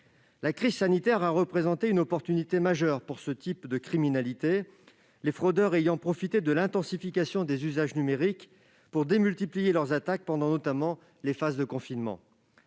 La crise sanitaire a représenté une opportunité majeure pour ce type de criminalité, les fraudeurs ayant profité de l'intensification des usages numériques pour démultiplier leurs attaques, notamment pendant les phases de confinement.